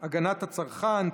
הגנת הצרכן (תיקון,